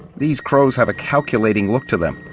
these crows have a calculating look to them.